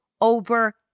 over